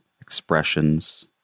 expressions